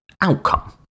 outcome